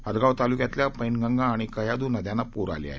हदगाव तालूक्यातल्या पर्विगा आणि कयाधू नद्यांना पूर आले आहेत